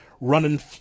running